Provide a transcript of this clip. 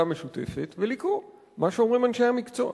המשותפת ולקרוא מה שאומרים אנשי המקצוע.